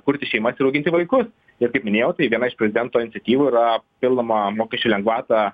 kurti šeimas ir auginti vaikus ir kaip minėjau tai viena iš prezidento iniciatyvų yra papildoma mokesčių lengvata